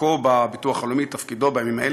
דרכו בביטוח הלאומי, את תפקידו, בימים אלה.